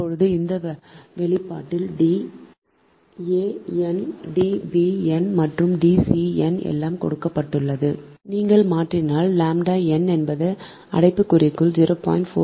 இப்போது இந்த வெளிப்பாட்டில் Da n D b n மற்றும் D c n எல்லாம் கொடுக்கப்பட்டுள்ளது நீங்கள் மாற்றினால் ʎ n என்பது அடைப்புக்குறிக்குள் 0